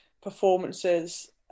performances